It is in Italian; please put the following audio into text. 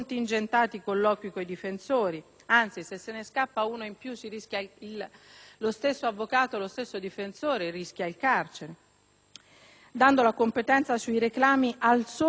e, se ne scappa uno in più, lo stesso avvocato difensore rischia il carcere), dando la competenza sui reclami al solo tribunale di sorveglianza di Roma,